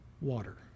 water